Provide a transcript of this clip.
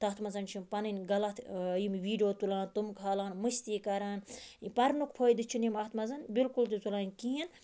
تَتھ مَنٛز چھ پَنن غَلَط یِم ویٖڈیو تُلان تِم کھالان مستی کَران پَرنک فٲیدٕ چھِ نہٕ یِم اتھ مَنٛز بِلکُل تہِ تُلان کِہیٖنھۍ